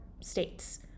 states